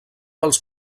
els